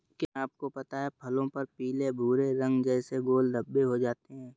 क्या आपको पता है फलों पर पीले भूरे रंग जैसे गोल धब्बे हो जाते हैं?